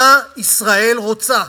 מה ישראל רוצה?